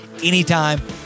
anytime